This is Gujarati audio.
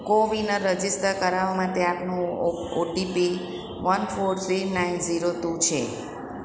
કોવિન રજિસ્ટર કરાવવા માટે આપનું OTP one four three nine zero two છે